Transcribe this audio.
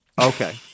okay